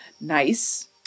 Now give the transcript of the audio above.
Nice